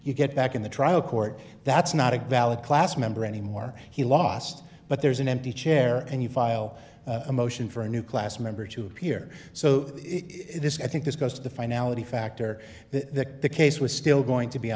you get back in the trial court that's not a valid class member anymore he lost but there's an empty chair and you file a motion for a new class member to appear so it is i think this goes to the finality factor that the case was still going to be